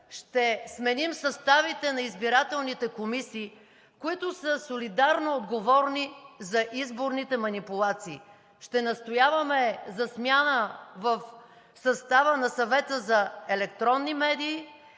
Ще сменим съставите на избирателните комисии, които са солидарно отговорни за изборните манипулации. Ще настояваме за смяна в състава на Съвета за електронни медии